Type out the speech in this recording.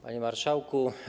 Panie Marszałku!